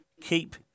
keep